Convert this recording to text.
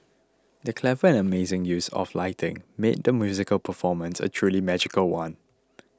the clever and amazing use of lighting made the musical performance a truly magical one